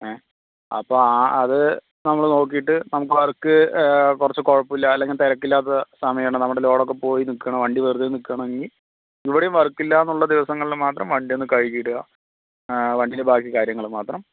ഏഹ് അപ്പം ആ അത് നമ്മൾ നോക്കിയിട്ട് നമുക്ക് വർക്ക് കുറച്ച് കുഴപ്പം ഇല്ല അല്ലെങ്കിൽ തിരക്ക് ഇല്ലാത്ത സമയം ആണ് നമ്മുടെ ലോഡ് ഒക്കെ പോയി നിൽക്കുകയാണ് വണ്ടി വെറുതെ നിൽക്കുകയാണെങ്കിൽ ഇവിടെയും വർക്ക് ഇല്ലായെന്നുള്ളെ ദിവസങ്ങളിൽ മാത്രം വണ്ടി ഒന്ന് കഴുകി ഇടുക വണ്ടിയിലെ ബാക്കി കാര്യങ്ങൾ മാത്രം